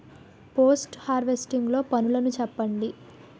Post harvesting లో పనులను చెప్పండి?